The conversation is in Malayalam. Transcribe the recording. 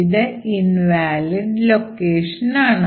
ഇത് ഇൻവാലിഡ് ലൊക്കേഷനാണ്